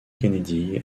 kennedy